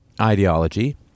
ideology